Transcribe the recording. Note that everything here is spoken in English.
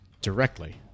directly